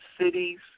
cities